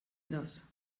das